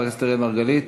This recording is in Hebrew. חבר הכנסת אראל מרגלית,